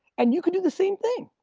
and you can do the same thing.